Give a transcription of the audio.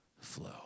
flow